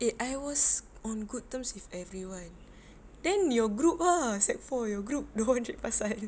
eh I was on good terms with everyone then your group ah sec four your group dorang cari pasal